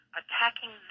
attacking